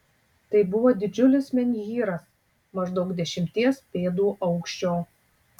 tai buvo didžiulis menhyras maždaug dešimties pėdų aukščio